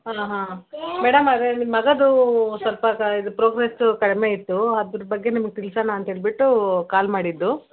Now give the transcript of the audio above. ಹಾಂ ಹಾಂ ಮೇಡಮ್ ಅದೇ ನಿಮ್ಮ ಮಗದು ಸ್ವಲ್ಪ ಪ್ರೋಗ್ರೆಸ್ಸು ಕಡಿಮೆ ಇತ್ತು ಅದರ ಬಗ್ಗೆ ನಿಮ್ಗೆ ತಿಳಿಸೋಣ ಅಂತೇಳ್ಬಿಟ್ಟು ಕಾಲ್ ಮಾಡಿದ್ದು